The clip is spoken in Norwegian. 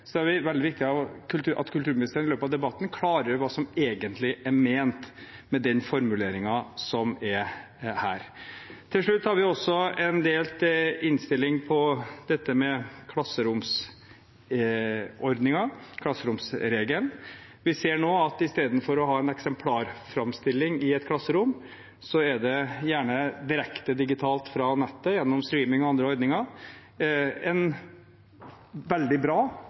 så det er veldig viktig at kulturministeren i løpet av debatten klargjør hva som egentlig er ment med den formuleringen som er her. Til slutt har vi også en delt innstilling når det gjelder dette med klasseromsordningen, klasseromsregelen. Vi ser nå at istedenfor å ha en eksemplarframstilling i et klasserom er det gjerne direkte digitalt fra nettet gjennom streaming og andre ordninger – en veldig bra